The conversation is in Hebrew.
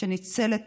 וניצל את